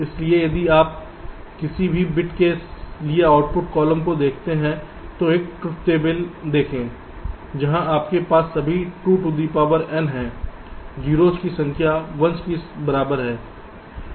इसलिए यदि आप किसी भी बिट के लिए आउटपुट कॉलम को देखते हैं तो एक ट्रुथ टेबल देखें जहां आपके पास सभी 2 टू दी पावर n हैं 0s की संख्या और 1s बराबर हैं